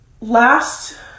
last